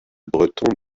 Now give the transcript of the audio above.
breton